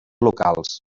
locals